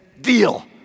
Deal